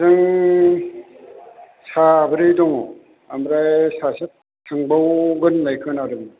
जों साब्रै दङ ओमफ्राय सासे थांबावगोन होननाय खोनादों